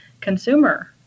consumer